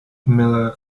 miller